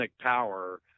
power